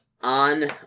on